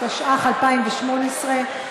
התשע"ח 2018,